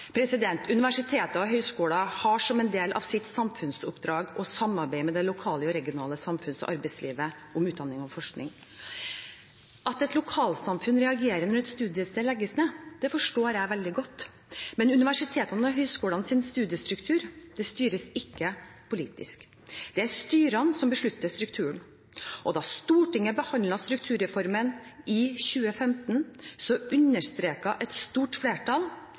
Universiteter og høyskoler har som en del av sitt samfunnsoppdrag å samarbeide med det lokale og regionale samfunns- og arbeidslivet om utdanning og forskning. At et lokalsamfunn reagerer når et studiested legges ned, forstår jeg veldig godt. Men universitetene og høyskolenes studiestruktur styres ikke politisk. Det er styrene som beslutter strukturen. Da Stortinget behandlet strukturreformen i 2015, understreket et stort flertall